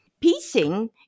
piecing